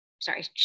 sorry